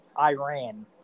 iran